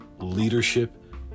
leadership